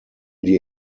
die